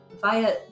Via